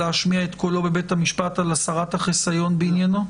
להשמיע את קולו בבית המשפט על הסרת החיסיון בעניינו?